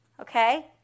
Okay